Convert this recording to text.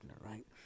right